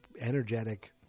energetic